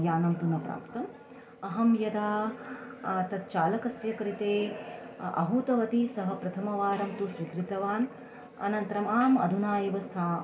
यानं तु न प्राप्तम् अहं यदा तस्य चालकस्य कृते आहूतवती सः प्रथमवारं तु स्वीकृतवान् अनन्तरम् आम् अधुना एव स्थानम्